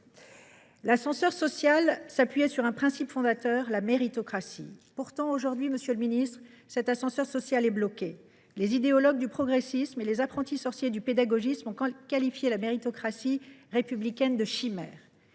L’ascenseur social s’appuyait sur un principe fondateur : la méritocratie. Pourtant, monsieur le ministre, cet ascenseur social est maintenant bloqué. Les idéologues du progressisme et les apprentis sorciers du pédagogisme ont qualifié la méritocratie républicaine de « chimère